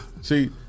See